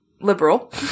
liberal